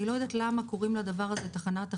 אני לא יודעת למה קוראים לדבר הזה תחנת אחיטוב,